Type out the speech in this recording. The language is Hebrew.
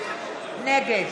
נגד